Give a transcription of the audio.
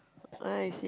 nice